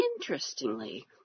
interestingly